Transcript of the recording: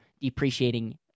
depreciating